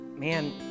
man